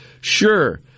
sure